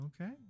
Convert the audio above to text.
Okay